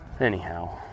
anyhow